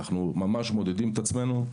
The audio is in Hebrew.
אנחנו מודדים את עצמנו.